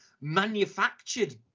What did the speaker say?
manufactured